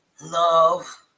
love